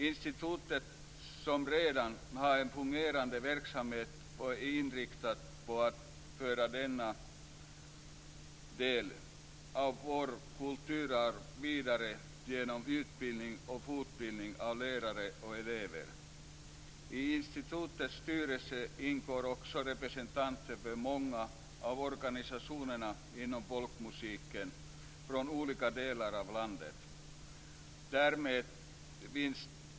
Institutet har redan en fungerande verksamhet och är inriktad på att föra denna del av kulturarvet vidare genom utbildning och fortbildning av lärare och elever. I institutets styrelse ingår också representanter för många av organisationerna inom folkmusiken från olika delar av landet.